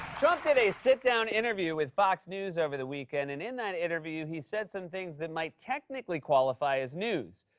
trump did a sit-down interview with fox news over the weekend, and in that interview, he said some things that might technically qualify as news.